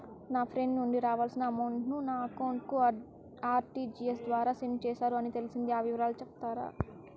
నా ఫ్రెండ్ నుండి రావాల్సిన అమౌంట్ ను నా అకౌంట్ కు ఆర్టిజియస్ ద్వారా సెండ్ చేశారు అని తెలిసింది, ఆ వివరాలు సెప్తారా?